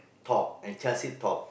top and Chelsea top